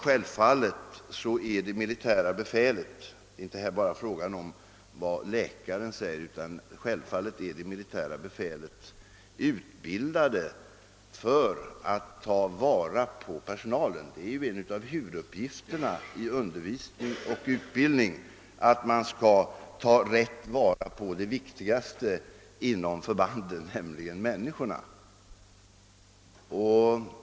Självfallet är det militära befälet — detta gäller alltså inte bara militärläkarna — utbildat för att kunna ta vara på de värnpliktiga. En av huvuduppgifterna i undervisning och utbildning är ju att lära sig att på rätt sätt handskas med det viktigaste inom förbanden, nämligen människorna.